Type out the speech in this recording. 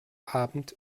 abend